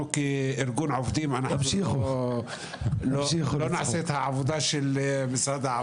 אנחנו כארגון עובדים אנחנו לא נעשה את העבודה של משרד העבודה.